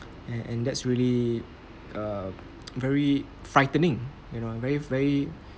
and and that's really err very frightening you know very very